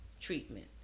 treatment